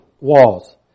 walls